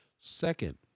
Second